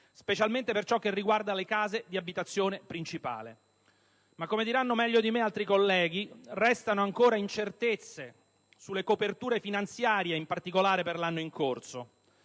specialmente per ciò che riguarda le case di abitazione principale. Ma come diranno meglio di me altri colleghi, restano incertezze sulle coperture finanziarie in particolare per l'anno in corso